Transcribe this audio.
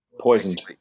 poisoned